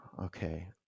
Okay